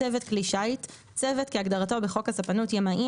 "צוות כלי שיט" צוות כהגדרתו בחוק הספנות (ימאים),